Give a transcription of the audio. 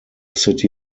city